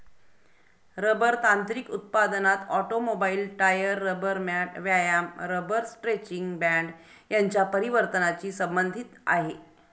rubber तांत्रिक उत्पादनात automobile, tyre, rubber mat, व्यायाम रबर स्ट्रेचिंग बँड यांच्या परिवर्तनाची संबंधित आहे